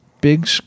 big